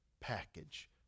package